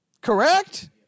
Correct